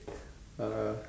uh